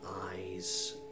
eyes